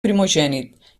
primogènit